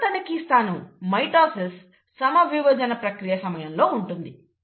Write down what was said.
మూడవ తనిఖీ స్థానం మైటోసిస్ సమవిభజన ప్రక్రియ సమయంలో ఉంటుంది